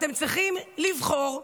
אתם צריכים לבחור,